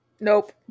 Nope